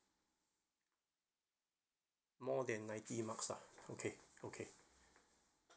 more than ninety marks lah okay okay